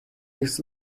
his